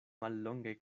mallonge